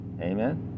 Amen